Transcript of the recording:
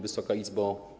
Wysoka Izbo!